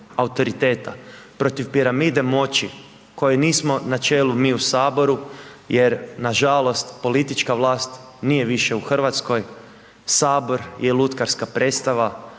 autoriteta, protiv piramide moći kojoj nismo na čelu mi u HS jer nažalost politička vlast nije više u RH, HS je lutkarska predstava,